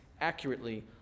accurately